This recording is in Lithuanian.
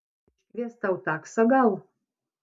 iškviest tau taksą gal